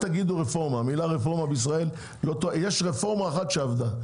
יש רפורמה אחת שעבדה,